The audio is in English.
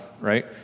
right